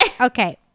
Okay